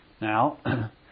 Now